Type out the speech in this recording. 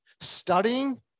studying